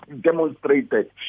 demonstrated